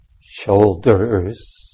Shoulders